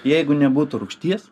jeigu nebūtų rūgšties